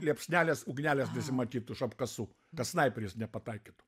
liepsnelės ugnelės visi matytų iš apkasų kad snaiperis nepataikytų